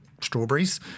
strawberries